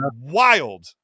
wild